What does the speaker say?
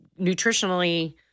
nutritionally